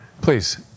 Please